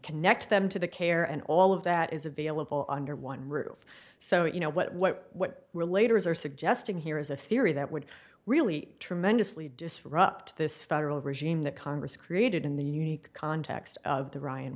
connect them to the care and all of that is available under one roof so you know what what what relator is are suggesting here is a theory that would really tremendously disrupt this federal regime that congress created in the unique context of the ryan